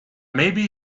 maybe